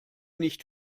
nicht